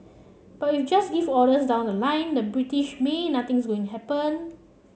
but if you just if orders down the line the British may nothing's going happen